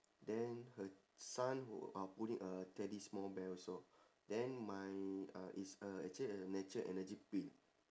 then her son who uh pulling a teddy small bear also then my uh is uh actually a natural energy pill